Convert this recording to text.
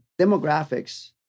demographics